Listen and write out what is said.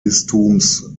bistums